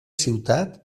ciutat